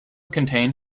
contain